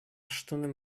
stunden